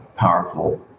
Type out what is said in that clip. powerful